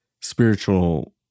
spiritual